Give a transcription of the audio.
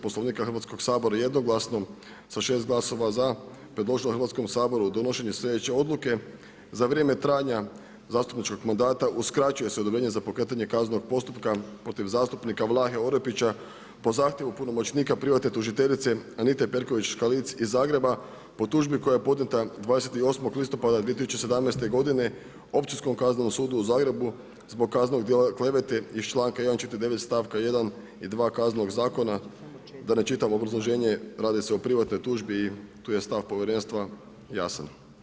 Poslovnika Hrvatskoga sabora jednoglasno sa 6 glasova za predložilo Hrvatskom saboru donošenje sljedeće Odluke: „Za vrijeme trajanja zastupničkog mandata uskraćuje se odobrenje za pokretanje kaznenog postupka protiv zastupnika Vlahe Orepića po zahtjevu opunomoćenika privatne tužiteljice Anite Perković Škalic iz Zagreba po tužbi koja je podnijeta 28. listopada 2017. godine, Općinskom kaznenom sudu u Zagrebu zbog kaznenog dijela klevete iz članka 149. stavka 1. i 2. Kaznenog zakona.“ Da ne čitam obrazloženje, radi se o privatnoj tužbi i tu je stav Povjerenstva jasan.